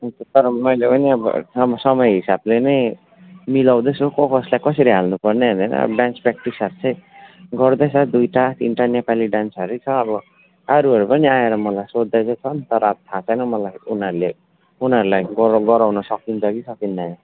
तर मैले पनि अब समय हिसाबले नै मिलाउँदैछु कस कसलाई कसरी हाल्नु पर्ने भनेर डान्स प्र्याक्टिसहरू चाहिँ गर्दैछ दुइवटा तिनवटा नेपाली डान्सहरू छ अब अरूहरू पनि आएर मलाई सोध्दै चाहिँ छन् तर थाहा छैन मलाई उनीहरूले उनीहरूलाई गराउन सकिन्छ कि सकिँदैन